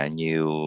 nhiều